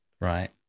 Right